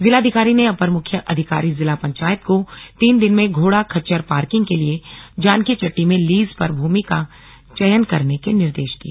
जिलाधिकारी ने अपर मुख्य अधिकारी जिला पंचायत को तीन दिन में घोड़ा खच्चर पार्किंग के लिए जानकीचट्टी में लीज पर भूमि का चयन करने के निर्देश को दिए